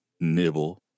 Nibble